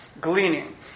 gleaning